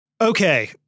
Okay